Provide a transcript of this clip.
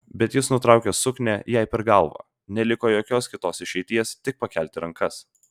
bet jis nutraukė suknią jai per galvą neliko jokios kitos išeities tik pakelti rankas